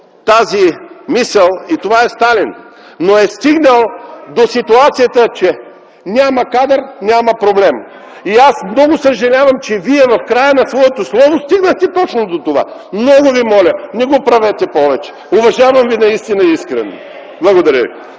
тази мисъл и това е Сталин, но е стигнал до ситуацията, че „няма кадър – няма проблем”. Много съжалявам, че Вие в края на своето слово стигнахте точно до това. Много Ви моля, не го правете повече. Уважавам Ви наистина искрено. Благодаря Ви.